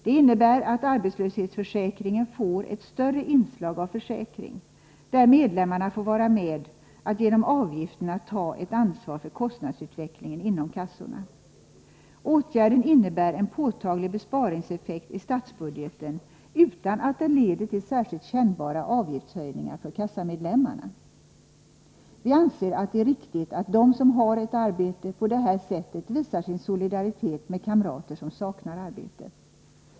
Det innebär att arbetslöshetsförsäkringen får ett större inslag av försäkring, varvid medlemmarna genom avgifterna får ta ett ansvar för kostnadsutvecklingen inom kassorna. Åtgärden innebär en påtaglig besparingseffekt i statsbudgeten, utan att den leder till särskilt kännbara avgiftshöjningar för kassamedlemmarna. Vi anser att det är riktigt att de som har ett arbete på det här sättet visar sin solidaritet med kamrater som saknar arbete.